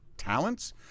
talents